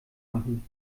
machen